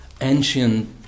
ancient